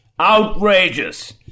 Outrageous